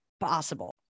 possible